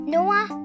Noah